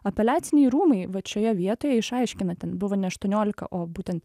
apeliaciniai rūmai vat šioje vietoje išaiškina ten buvo ne aštuoniolika o būtent